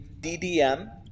DDM